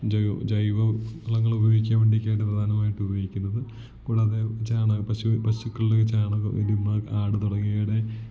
ജൈവ വളങ്ങൾ ഉപയോഗിക്കാൻ വേണ്ടിയൊക്കെയായിട്ട് പ്രധാനമായിട്ടും ഉപയോഗിക്കുന്നത് കൂടാതെ ചാണക പശു പശുക്കളുടെ ചാണകം എരുമ ആട് തുടങ്ങിയവയുടെ